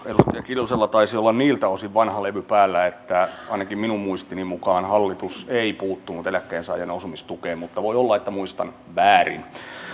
edustaja kiljusella taisi olla vanha levy päällä niiltä osin että ainakaan minun muistini mukaan hallitus ei puuttunut eläkkeensaajan asumistukeen mutta voi olla että muistan väärin